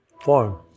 form